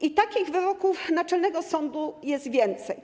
I takich wyroków naczelnego sądu jest więcej.